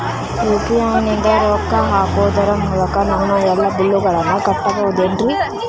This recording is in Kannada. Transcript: ಯು.ಪಿ.ಐ ನಿಂದ ರೊಕ್ಕ ಹಾಕೋದರ ಮೂಲಕ ನಮ್ಮ ಎಲ್ಲ ಬಿಲ್ಲುಗಳನ್ನ ಕಟ್ಟಬಹುದೇನ್ರಿ?